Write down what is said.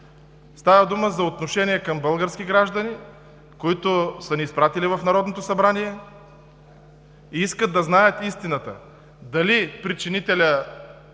Става дума за отношение към български граждани, които са ни изпратили в Народното събрание и искат да знаят истината – дали причинителят